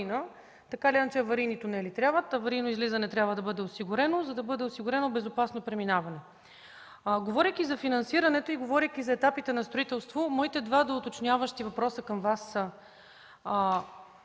Така или иначе, аварийни тунели трябват, аварийно излизане трябва да бъде осигурено, за да бъде осигурено безопасно преминаване. Говорейки за финансиране и за етапите на строителство, моите два доуточняващи въпроса към Вас са